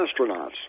astronauts